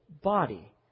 body